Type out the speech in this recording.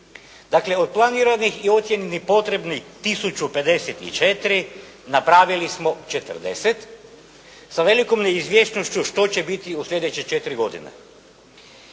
Dakle, od planiranih i ocjenjenih potrebnih 1054 napravili smo 40 sa velikom neizvjesnošću što će biti u sljedeće četiri godine.